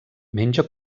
menja